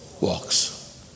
walks